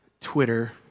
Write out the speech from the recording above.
Twitter